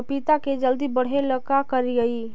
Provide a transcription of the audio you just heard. पपिता के जल्दी बढ़े ल का करिअई?